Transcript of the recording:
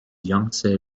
yangtze